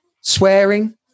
Swearing